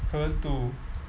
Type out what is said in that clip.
korean two